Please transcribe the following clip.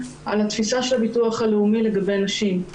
על התפיסה של הביטוח הלאומי לגבי נשים.